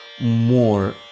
more